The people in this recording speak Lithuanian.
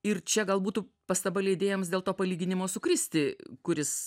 ir čia gal būtų pastaba leidėjams dėl to palyginimo su kristi kuris